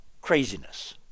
craziness